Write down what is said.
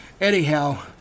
anyhow